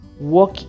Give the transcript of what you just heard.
work